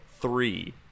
three